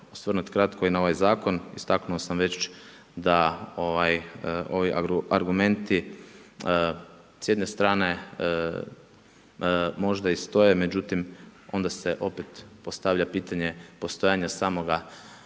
osvrnuti kratko i na ovaj zakon, istaknuo sam već da ovi argumenti s jedne strane možda i stoje, međutim onda se opet postavlja pitanje postojanja samoga